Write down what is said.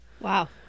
wow